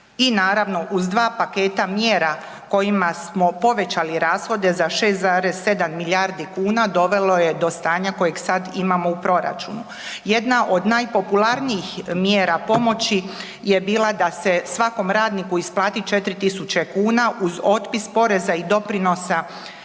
i naravno uz dva paketa mjera kojima smo povećali rashode za 6,7 milijardi kuna dovelo je do stanja kojeg sad imamo u proračunu. Jedna od najpopularnijih mjera pomoći je bila da se svakom radniku isplati 4.000 kuna uz otpis poreza i doprinosa tvrtkama